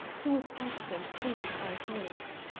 he was absent fully five minutes.